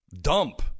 dump